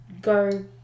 go